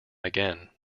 again